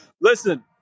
Listen